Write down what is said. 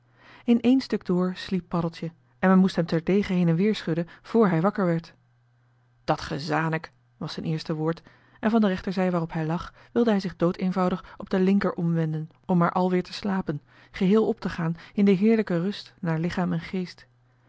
één stuk door sliep paddeltje en men moest hem terdege heen en weer schudden voor hij wakker werd dat gezanik was zijn eerste woord en van de rechterzij waarop hij lag wilde hij zich doodeenvoudig op de linker omwenden om maar alweer te slapen geheel op te gaan in de heerlijke rust naar lichaam en geest